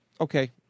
okay